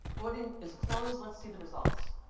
voting is closed. let's see the results.